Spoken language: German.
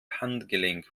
handgelenk